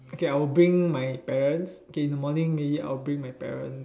okay I will bring my parents K in the morning maybe I'll bring my parents